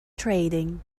trading